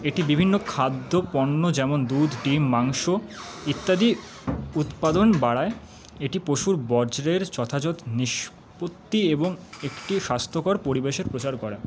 এটি বিভিন্ন খাদ্যপণ্য যেমন দুধ ডিম মাংস ইত্যাদি উৎপাদন বাড়ায় এটি পশুর বজ্যের যথাযথ নিষ্পত্তি এবং একটি স্বাস্থ্যকর পরিবেশের প্রচার করে